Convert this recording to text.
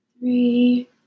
three